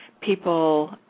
people